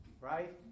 right